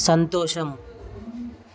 సంతోషం